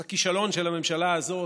אז הכישלון של הממשלה הזאת